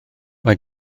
mae